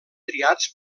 triats